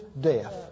death